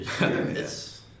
Yes